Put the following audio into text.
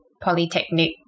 polytechnic